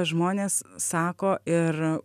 žmonės sako ir